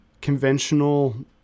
conventional